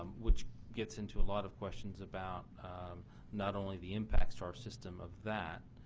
um which gets into a lot of questions about not only the impacts to our system of that,